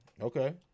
Okay